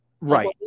Right